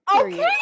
okay